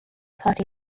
party